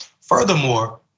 Furthermore